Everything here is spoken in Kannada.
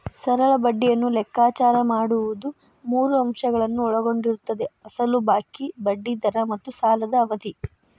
ಸರಳ ಬಡ್ಡಿಯನ್ನು ಲೆಕ್ಕಾಚಾರ ಮಾಡುವುದು ಮೂರು ಅಂಶಗಳನ್ನು ಒಳಗೊಂಡಿರುತ್ತದೆ ಅಸಲು ಬಾಕಿ, ಬಡ್ಡಿ ದರ ಮತ್ತು ಸಾಲದ ಅವಧಿ